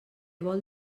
vol